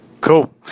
Cool